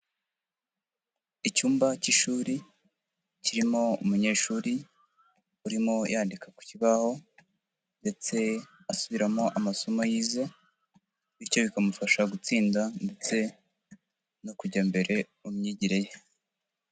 Icyumba cy'ishuri kirimo umunyeshuri urimo yandika ku kibaho ndetse asubiramo amasomo yize, bityo bikamufasha gutsinda ndetse no kujya mbere mu myigire ye.